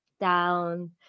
down